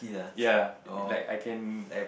ya like I can